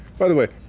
by the way,